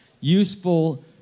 useful